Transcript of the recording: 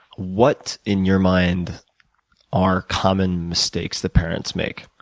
what in your mind are common mistakes that parents make?